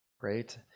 great